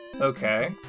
Okay